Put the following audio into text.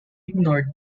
ignored